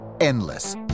endless